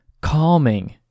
calming